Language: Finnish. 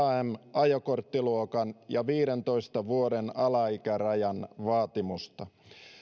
ajokorttiluokan ja viidentoista vuoden alaikärajan vaatimusta